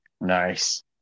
Nice